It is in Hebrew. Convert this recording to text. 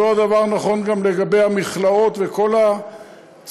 אותו דבר נכון גם לגבי המכלאות וכל הציוד,